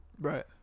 Right